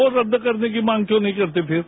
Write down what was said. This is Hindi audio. वो रद्द करने की मांग क्यों नहीं करते फिर